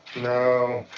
no.